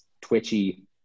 twitchy